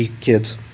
kids